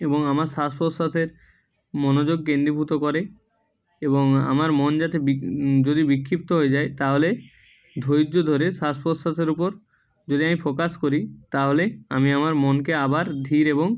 এবং আমার শ্বাস প্রশ্বাসের মনোযোগ কেন্দ্রীভূত করে এবং আমার মন যাতে বি যদি বিক্ষিপ্ত হয়ে যায় তাহলে ধৈর্য ধরে শ্বাস প্রশ্বাসের ওপর যদি আমি ফোকাস করি তাহলে আমি আমার মনকে আবার ধীর এবং